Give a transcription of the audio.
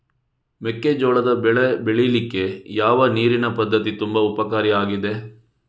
ಮೆಕ್ಕೆಜೋಳದ ಬೆಳೆ ಬೆಳೀಲಿಕ್ಕೆ ಯಾವ ನೀರಿನ ಪದ್ಧತಿ ತುಂಬಾ ಉಪಕಾರಿ ಆಗಿದೆ?